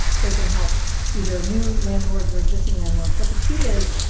so it can help either new landlords or existing landlords. but the key is,